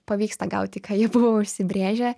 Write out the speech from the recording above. pavyksta gauti ką jie buvo užsibrėžę